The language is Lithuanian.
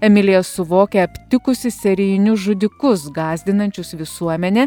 emilija suvokia aptikusi serijinius žudikus gąsdinančius visuomenę